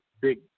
big